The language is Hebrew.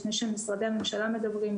לפני שמשרדי הממשלה מדברים,